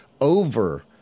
over